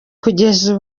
kugeza